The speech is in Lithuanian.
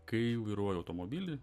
kai vairuoju automobilį